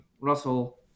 Russell